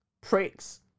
pricks